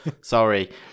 Sorry